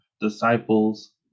disciples